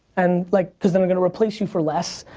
and like because they're gonna replace you for less.